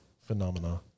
Phenomena